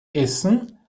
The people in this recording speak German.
essen